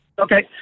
Okay